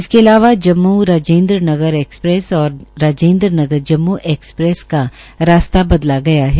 इसके अलावा जम्मू राजेन्द्र नगर एक्सप्रेस और राजेंद्र नगर ऐक्सप्रेस का रास्ता बदला गया है